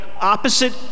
opposite